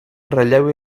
ratlleu